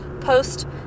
post